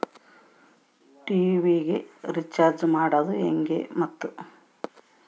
TV recharge ಮಾಡೋದು ಹೆಂಗ ಮತ್ತು?